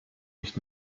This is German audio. nicht